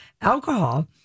alcohol